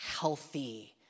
healthy